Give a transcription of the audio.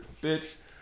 bits